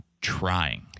trying